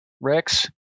Rex